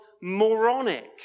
moronic